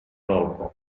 loco